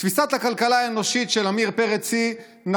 תפיסת הכלכלה האנושית של עמיר פרץ היא: